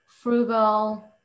frugal